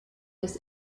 des